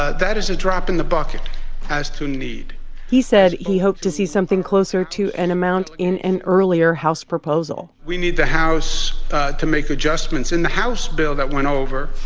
ah that is a drop in the bucket as to need he said he hoped to see something closer to an amount in an earlier house proposal we need the house to make adjustments. in the house bill that went over,